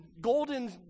golden